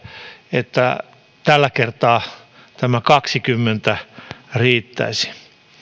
että tällä kertaa tämä kaksikymmentä riittäisi